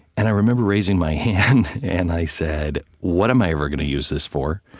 and i remember raising my hand, and i said, what am i ever going to use this for?